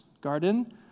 garden